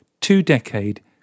two-decade